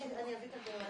אני אביא את הדברים.